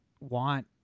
want